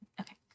Okay